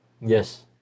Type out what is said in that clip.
Yes